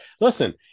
listen